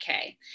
okay